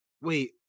wait